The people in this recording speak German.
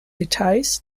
details